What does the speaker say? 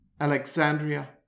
Alexandria